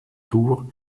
tour